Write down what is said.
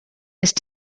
ist